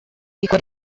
ikora